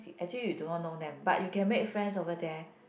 actually you don't know them but you can make friends over there